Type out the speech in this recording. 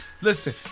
Listen